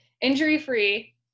Injury-free